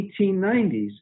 1890s